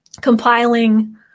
compiling